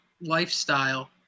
lifestyle